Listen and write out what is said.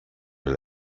will